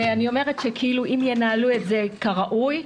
ואני אומרת שאם ינהלו את זה כראוי,